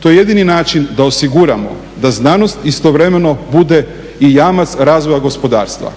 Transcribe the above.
To je jedini način da osiguramo da znanost istovremeno bude i jamac razvoja gospodarstva.